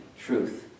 truth